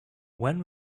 when